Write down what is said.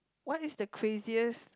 what is the craziest